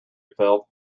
phil